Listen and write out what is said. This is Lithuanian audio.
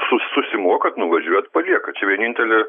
su susimokat nuvažiuojat paliekat čia vienintelė